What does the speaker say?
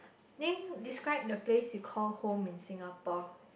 name describe the place you call home in Singapore